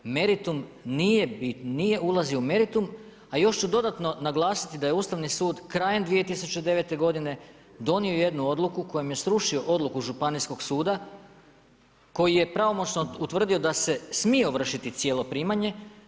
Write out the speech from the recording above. Meritum nije ulazio u meritum, a još ću dodatno naglasiti da je Ustavni sud krajem 2009. godine donio jednu odluku kojem je srušio odluku županijskog suda koje je pravomoćno utvrdio da se smije ovršiti cijelo primanje.